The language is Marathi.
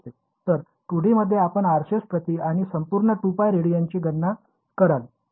तर 2D मध्ये आपण RCS प्रती आणि संपूर्ण 2π रेडियनची गणना कराल ठीक